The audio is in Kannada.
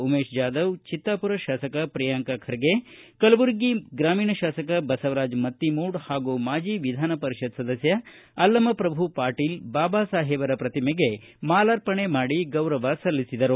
ಉಮೇಶ್ ಜಾಧವ ಚಿತ್ತಾಪುರ ಶಾಸಕ ಪ್ರಿಯಾಂಕ ಖರ್ಗೆ ಕಲಬುರಗಿ ಗ್ರಾಮೀಣ ಶಾಸಕ ಬಸವರಾಜ ಮತ್ತಿಮೂಡ ಹಾಗೂ ಮಾಜಿ ವಿಧಾನ ಪರಿಷತ್ತಿನ ಶಾಸಕ ಅಲ್ಲಮಪ್ರಭು ಪಾಟೀಲ ಬಾಬಾಸಾಹೇಬರ ಪ್ರತಿಮೆಗೆ ಮಾಲಾರ್ಪಣೆ ಮಾಡಿ ಗೌರವ ಸಲ್ಲಿಸಿದರು